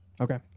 Okay